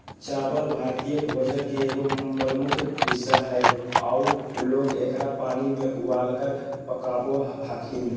चावल भारतीय भोजन के एगो प्रमुख हिस्सा हइ आऊ लोग एकरा पानी में उबालकर पकाबो हखिन